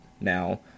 Now